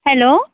hello